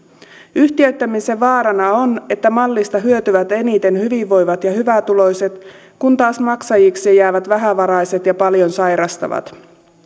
yhtiöittämisen vaarana on että mallista hyötyvät eniten hyvinvoivat ja hyvätuloiset kun taas maksajiksi jäävät vähävaraiset ja paljon sairastavat